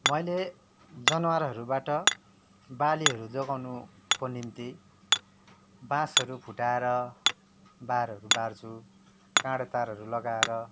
मैले जनावरहरूबाट बालीहरू जोगाउनुको निम्ति बाँसहरू फुटाएर बारहरू बार्छु काँढे तारहरू लगाएर